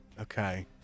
Okay